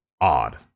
odd